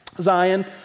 Zion